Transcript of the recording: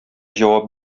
җавап